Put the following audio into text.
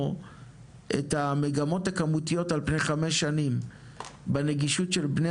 את המגמות הכמותיות על פי חמש שנים בנגישות של בני